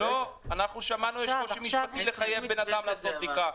שמענו שיש בעיה משפטית לחייב בן אדם לעשות בדיקה.